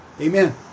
Amen